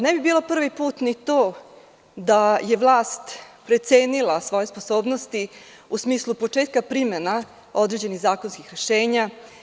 Ne bi bilo prvi put ni to da je vlast precenila svoje sposobnosti u smislu početka primena određenih zakonskih rešenja.